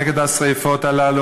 נגד השרפות הללו,